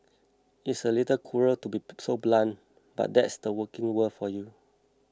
it's a little cruel to be so blunt but that's the working world for you